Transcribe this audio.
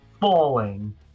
falling